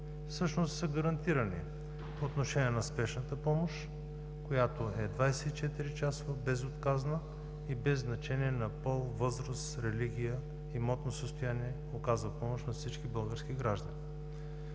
всъщност са гарантирани по отношение на спешната помощ, която е 24-часова, безотказна и без значение на пол, възраст, религия, имотно състояние. Тя оказва помощ на всички български граждани.